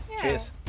Cheers